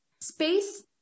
Space